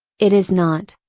it is not,